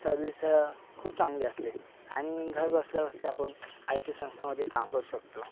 service या खूप चांगली असते आणि घर बसल्या बसल्या आपण आयटी संस्थामध्ये काम करू शकतो